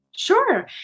Sure